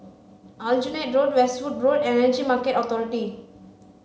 Aljunied Road Westwood Road and Energy Market Authority